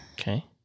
Okay